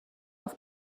auf